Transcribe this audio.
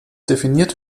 definiert